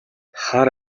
хар